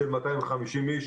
של 250 איש,